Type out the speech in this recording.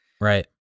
Right